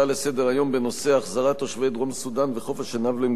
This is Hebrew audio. בנושא: החזרת תושבי דרום-סודן וחוף-השנהב למדינותיהם,